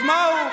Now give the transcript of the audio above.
אז מה הוא?